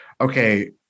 okay